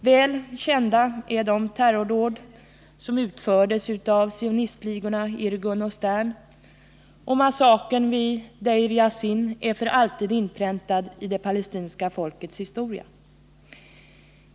Väl kända är de terrordåd som utfördes av sionistligorna Irgun och Stern, och massakern vid Deir Yassin är för alltid inpräntad i det palestinska folkets historia.